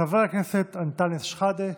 חבר הכנסת אנטאנס שחאדה,